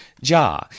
Ja